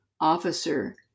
officer